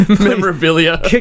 Memorabilia